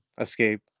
escape